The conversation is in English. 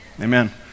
Amen